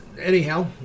anyhow